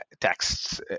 texts